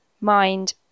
mind